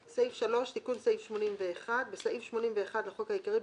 תיקון סעיף 81 3. בסעיף 81 לחוק העיקרי,